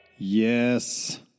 Yes